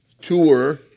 tour